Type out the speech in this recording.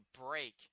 break